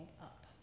up